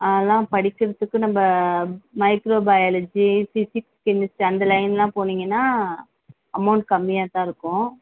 அதெல்லாம் படிக்கிறதுக்கு நம்ப மைக்ரோ பயாலஜி ஃபிசிக்ஸ் கெமிஸ்ட்ரி அந்த லைன் எல்லாம் போனீங்கன்னா அமௌண்ட் கம்மியாக தான் இருக்கும்